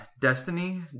destiny